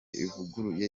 ivuguruye